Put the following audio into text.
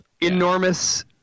enormous